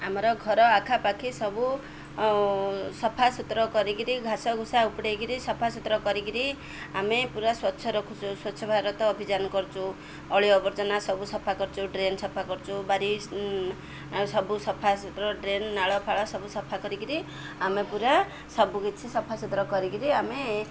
ଆମର ଘର ଆଖାପାଖି ସବୁ ସଫାସୁତୁର କରିକିରି ଘାସ ଘୁସା ଉପୁଡ଼ାଇକିରି ସଫାସୁତୁର କରିକିରି ଆମେ ପୁରା ସ୍ୱଚ୍ଛ ରଖୁଛୁ ସ୍ୱଚ୍ଛ ଭାରତ ଅଭିଯାନ କରୁଛୁ ଅଳିଆ ଆବର୍ଜନା ସବୁ ସଫା କରୁଛୁ ଡ୍ରେନ ସଫା କରୁଛୁ ବାରି ସବୁ ସଫାସତୁର ଡ୍ରେନ ନାଳଫାଳ ସବୁ ସଫା କରିକିରି ଆମେ ପୁରା ସବୁକିଛି ସଫା ସୁତୁର କରିକିରି ଆମେ